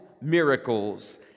miracles